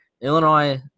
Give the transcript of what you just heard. Illinois